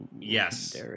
Yes